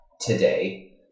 today